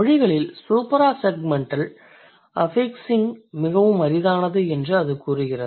மொழிகளில் suprasegmental affixing மிகவும் அரிதானது என்று அது கூறுகிறது